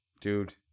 Dude